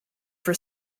for